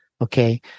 okay